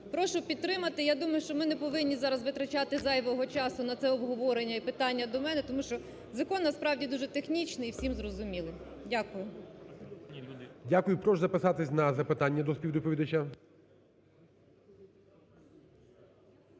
Прошу підтримати. Я думаю, що ми не повинні зараз витрачати зайвого часу на це обговорення і питання до мене, тому що закон насправді дуже технічний і всім зрозумілий. Дякую. ГОЛОВУЮЧИЙ. Дякую. Прошу записатись на запитання до співдоповідача.